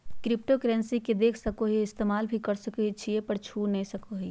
cryptocurrency के देख सको हीयै इस्तेमाल भी कर सको हीयै पर छू नय सको हीयै